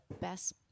best